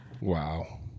Wow